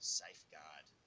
safeguard